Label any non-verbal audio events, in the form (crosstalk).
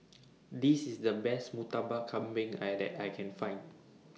(noise) This IS The Best Murtabak Kambing I that I Can Find (noise)